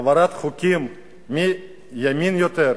העברת חוקים מי ימני יותר,